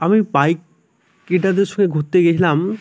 আমি বাইক কেটাদের সঙ্গে ঘুরতে গেছিলাম